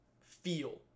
feel